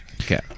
Okay